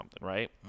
right